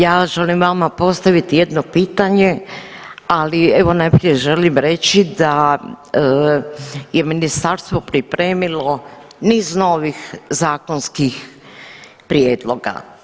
Ja želim vama postaviti jedno pitanje, ali evo najprije želim reći da je ministarstvo pripremilo niz novih zakonskih prijedloga.